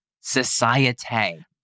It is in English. society